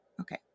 okay